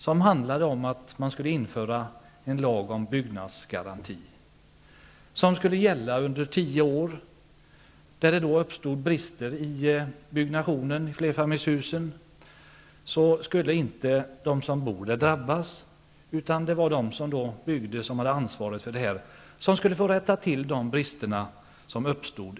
Det handlade om att man skulle införa en lag om byggnadsgaranti. Den skulle gälla under tio år. Om det uppstod brister i byggnationen av flerfamiljshusen skulle inte de som bor där drabbas. Det var de som byggde och som hade ansvaret för detta som skulle få rätta till de brister som uppstod.